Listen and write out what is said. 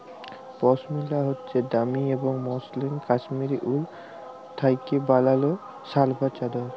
পশমিলা হছে দামি এবং মসৃল কাশ্মীরি উল থ্যাইকে বালাল শাল বা চাদর